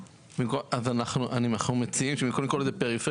אז אנחנו מציעים שבמקום לקרוא לזה פריפריה